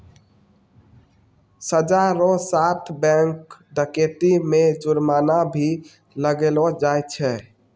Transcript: सजा रो साथ बैंक डकैती मे जुर्माना भी लगैलो जाय छै